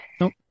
Nope